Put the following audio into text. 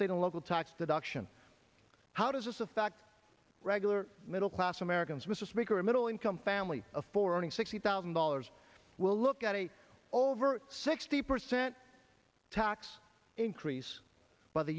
state and local tax deduction how does this affect regular middle class americans mister bigger middle income family affording sixty thousand dollars we'll look at a over sixty percent tax increase by the